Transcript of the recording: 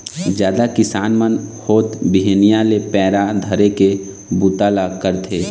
जादा किसान मन होत बिहनिया ले पैरा धरे के बूता ल करथे